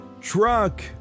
truck